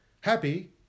Happy